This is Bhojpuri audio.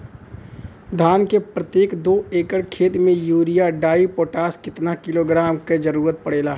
धान के प्रत्येक दो एकड़ खेत मे यूरिया डाईपोटाष कितना किलोग्राम क जरूरत पड़ेला?